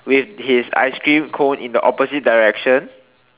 with his ice cream cone in the opposite direction